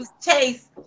chase